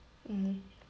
mm